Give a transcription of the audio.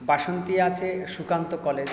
বাসন্তি আছে সুকান্ত কলেজ